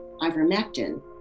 ivermectin